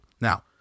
Now